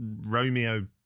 Romeo